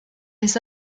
les